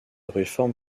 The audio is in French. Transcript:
réforme